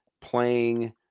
playing –